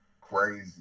crazy